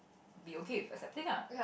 be okay with accepting ah